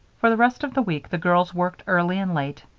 for the rest of the week the girls worked early and late.